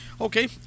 okay